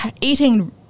eating